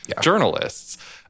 journalists